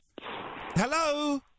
Hello